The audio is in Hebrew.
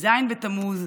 י"ז בתמוז,